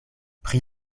pri